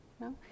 No